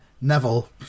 Neville